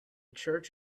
church